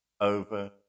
over